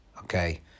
Okay